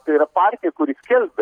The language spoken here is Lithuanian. tai yra partija kuri skelbia